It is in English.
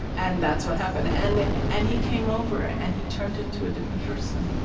and that's what happened. and and he came over, and he turned into a different person.